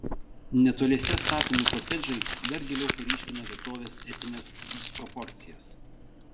netoliese statomi kotedžai dar giliau paryškina vietovės etines disproporcijas